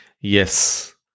Yes